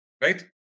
right